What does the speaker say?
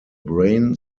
brain